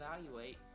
evaluate